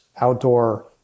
outdoor